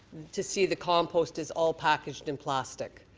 to see the compost is all packaged in plastic.